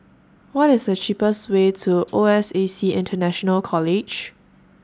What IS The cheapest Way to O S A C International College